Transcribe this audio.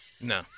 No